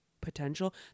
potential